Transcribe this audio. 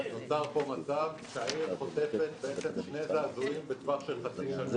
נוצר פה מצב שהעיר חוטפת שני זעזועים בטווח של חצי שנה.